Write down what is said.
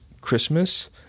Christmas